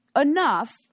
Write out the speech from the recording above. enough